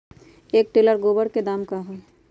एक टेलर गोबर के दाम का होई?